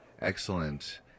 Excellent